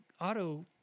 auto